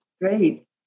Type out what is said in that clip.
Great